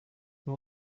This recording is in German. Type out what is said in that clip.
nur